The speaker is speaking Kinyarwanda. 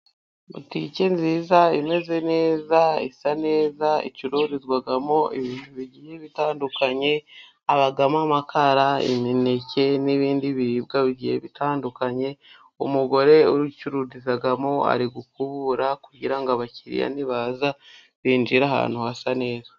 Butike nziza imeze neza isa neza icururizwamo ibintu bigiye bitandukanye, habamo amakara, imineke, n'ibindi biribwa bigiye bitandukanye. umugore uyicururizamo ari gukubura kugira ngo abakiriya nibaza binjire ahantu hasa neza.